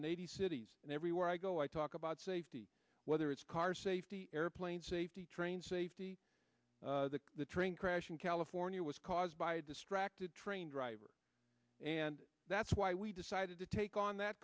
and eighty cities and everywhere i go i talk about safety whether it's cars safety airplanes safety trains safety the train crash in california was caused by a distracted train driver and that's why we decided to take on that